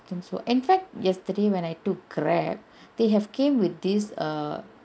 think so in fact yesterday when I took grab they have came with this err